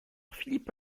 philippe